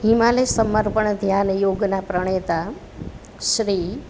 હિમાલય સમર્પણ ધ્યાનયોગનાં પ્રણેતા શ્રી